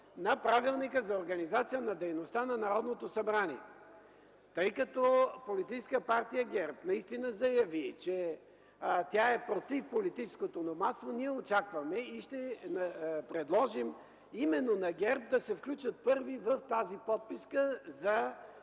на Правилника за организацията и дейността на Народното събрание. Тъй като Политическа партия ГЕРБ наистина заяви, че тя е против политическото номадство, ние очакваме и ще предложим именно на ГЕРБ да се включат първи в тази подписка за